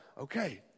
Okay